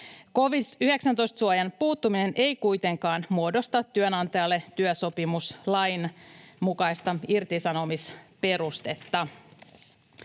Covid-19-suojan puuttuminen ei kuitenkaan muodosta työnantajalle työsopimuslain mukaista irtisanomisperustetta.